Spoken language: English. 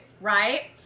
right